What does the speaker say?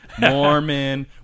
Mormon